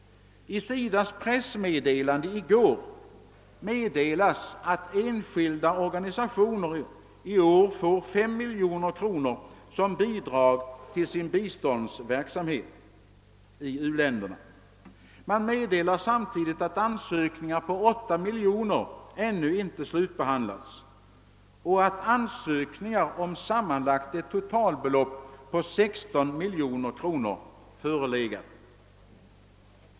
I SIDA:s pressmeddelande i går omtalas att enskilda organisationer i år får 5 miljoner kronor till sin biståndsverksamhet i u-länderna. Samtidigt meddelas att ansökningar på 8 miljoner kronor ännu inte slutbehandlats och att ansökningar om ett sammanlagt belopp på totalt 16 miljoner kronor förelegat.